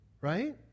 right